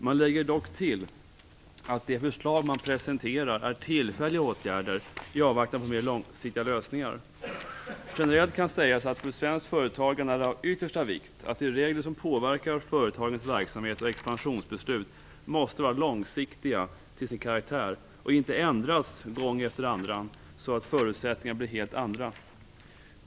Man lägger dock till att de förslag man presenterar är tillfälliga åtgärder i avvaktan på mer långsiktiga lösningar. Generellt kan sägas att det för svenskt företagande är av yttersta vikt att de regler som påverkar företagens verksamhet och expansionsbeslut måste vara långsiktiga till sin karaktär och inte ändras gång efter annan, så att förutsättningarna blir helt andra.